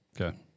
Okay